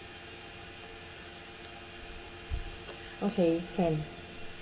okay can